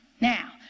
Now